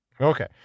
Okay